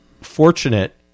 fortunate